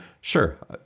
sure